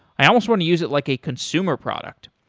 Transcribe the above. i almost want to use it like a consumer product.